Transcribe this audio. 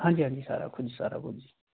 ਹਾਂਜੀ ਹਾਂਜੀ ਸਾਰਾ ਕੁਝ ਸਾਰਾ ਕੁਝ